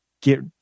get